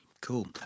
Cool